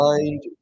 Mind